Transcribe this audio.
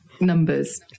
numbers